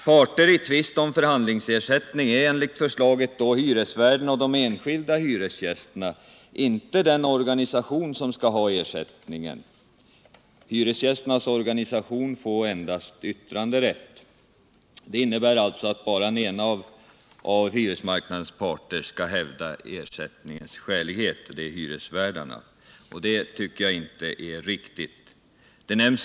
Parter i tvist om förhandlingsersättning är enligt förslaget då hyresvärden och de enskilda hyresgästerna, inte den organisation som skall ha ersättningen. Hyresgästernas organisation får endast yttranderätt. Detta innebär alltså att bara den ena av hyresmarknadens parter skall hävda ersättningens skälighet, och det är hyresvärdarna. Det tycker jag inte är riktigt.